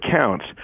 counts